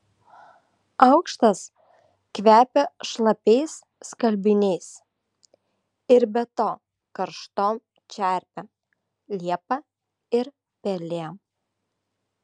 aukštas kvepia šlapiais skalbiniais ir be to karštom čerpėm liepa ir pelėm